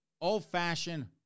old-fashioned